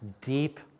deep